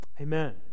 Amen